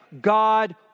God